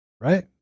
right